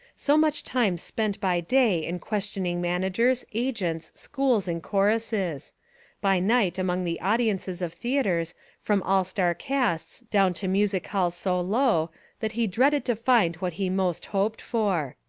so much time spent by day in question ing managers, agents, schools and choruses by night among the audiences of theatres from all star casts down to music halls so low that he dreaded to find what he most hoped for.